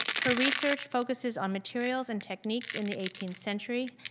her research focuses on materials and techniques in the eighteenth century,